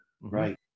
Right